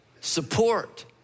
support